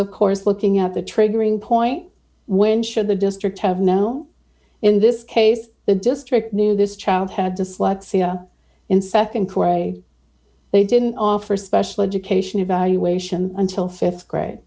of course looking at the triggering point when should the district have now in this case the district knew this child had dyslexia in nd corps a they didn't offer special education evaluation until th grade